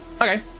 Okay